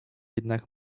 jednak